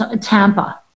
Tampa